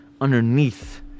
underneath